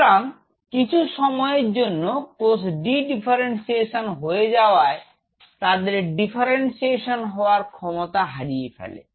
সুতরাং কিছু সময়ের জন্য কোষ ডি ডিফারেনশিয়েট হয়ে যাওয়ার জন্য তাদের ডিফারেনশিয়েট হওয়ার ক্ষমতা হারিয়ে ফেলে